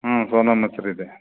ಹ್ಞೂ ಸೋನಾ ಮಸೂರಿ ಇದೆ